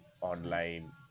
online